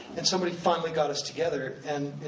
and somebody finally got us together, and